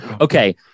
Okay